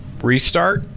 restart